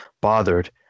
bothered